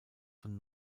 von